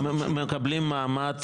בסופו של יום אתם תממנו ככה.